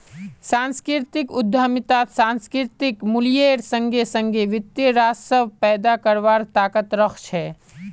सांस्कृतिक उद्यमितात सांस्कृतिक मूल्येर संगे संगे वित्तीय राजस्व पैदा करवार ताकत रख छे